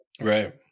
Right